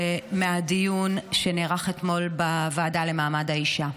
ומהדיון שנערך אתמול בוועדה למעמד האישה.